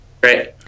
great